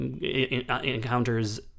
encounters